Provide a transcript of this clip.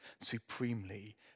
supremely